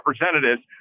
representatives